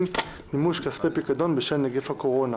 (תיקון מימוש כספי פיקדון בשל נגיף הקורונה)